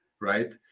right